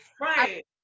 right